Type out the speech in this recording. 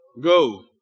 Go